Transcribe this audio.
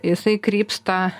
jisai krypsta